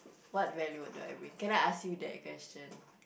what value do I bring can I ask you that question